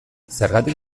zergatik